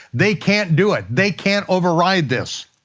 they can't do it. they can't override this.